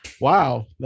Wow